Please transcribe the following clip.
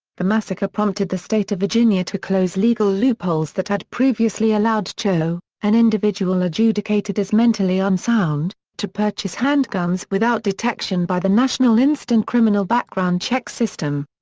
the massacre prompted the state of virginia to close legal loopholes that had previously allowed cho, an individual adjudicated as mentally unsound, to purchase handguns without detection by the national instant criminal background check system.